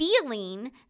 feeling